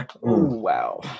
Wow